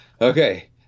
Okay